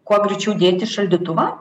kuo greičiau dėti į šaldytuvą